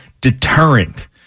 deterrent